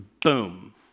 boom